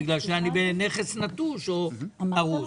בגלל שאני בנכס נטוש או הרוס.